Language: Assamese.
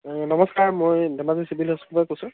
নমস্কাৰ মই ধেমাজি চিভিল হস্পিতালৰপৰা কৈছোঁ